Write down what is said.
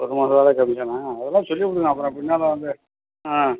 ஒரு மாசம் வாடகை கமிஷனாக அதெல்லாம் சொல்லிப்விட்ணும் அப்புறோம் பின்னால வந்து ஆ